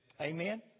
Amen